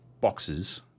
boxes